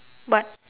what